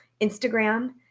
Instagram